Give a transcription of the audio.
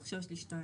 עכשיו יש לי שתיים,